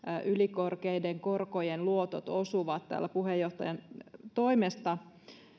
ylikorkeiden korkojen luotot osuvat puheenjohtajan toimesta